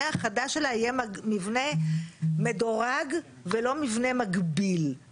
המבנה החדש שלה יהיה מבנה מדורג ולא מבנה מקביל.